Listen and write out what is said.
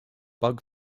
bug